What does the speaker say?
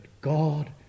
God